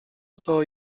oto